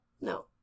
No